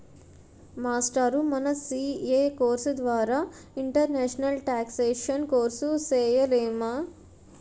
మాస్టారూ మన CA course ద్వారా ఇంటర్నేషనల్ టేక్సేషన్ కోర్సు సేయలేమా